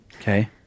Okay